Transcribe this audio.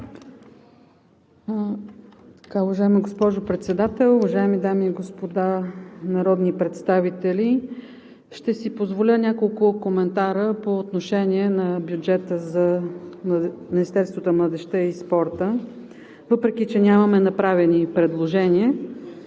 Уважаема госпожо Председател, уважаеми дами и господа народни представители! Ще си позволя няколко коментара по отношение на бюджета за Министерството на младежта и спорта, въпреки че нямаме направени предложения.